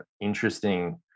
interesting